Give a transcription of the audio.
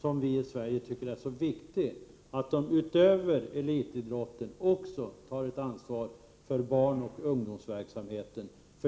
som vi i Sverige tycker är så viktig: att utöver elitidrotten också ta ett ansvar för barnoch ungdomsverksamheten.